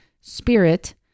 spirit